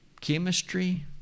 chemistry